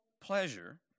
pleasure